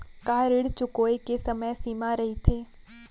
का ऋण चुकोय के समय सीमा रहिथे?